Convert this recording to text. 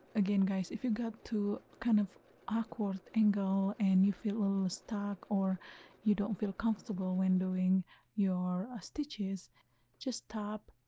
again guys if you got to kind of awkward angle and you feel a little stuck or you don't feel comfortable when doing your stitches just stop,